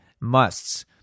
musts